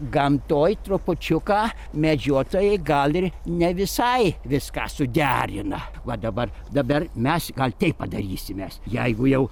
gamtoj trupučiuką medžiotojai gal ir ne visai viską suderina va dabar dabar mes gal taip padarysim mes jeigu jau